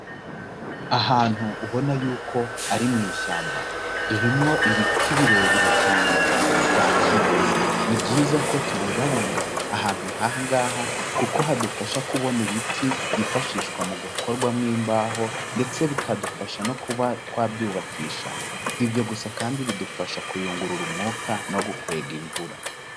Ahantu ubona y'uko ari mu ishyamba ririmo ibiti birebire cyane bya kimeza, ni byiza ko tubungabunga ahantu nk'ahangaha kuko hadufasha kubona ibiti byifashishwa mu gukorwamo imbaho ndetse bikadufasha no kuba twabyubakisha, si ibyo gusa kandi bidufasha kuyungurura umwuka no gukwega imvura.